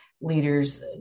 leaders